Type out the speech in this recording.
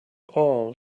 all